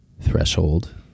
threshold